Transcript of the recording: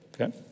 Okay